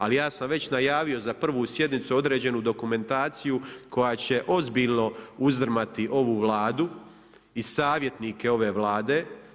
Ali ja sam već najavio za prvu sjednicu određenu dokumentaciju koja će ozbiljno uzdrmati ovu Vladu i savjetnike ove Vlade.